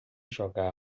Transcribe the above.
jogar